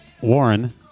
Warren